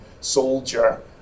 soldier